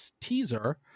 teaser